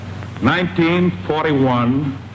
1941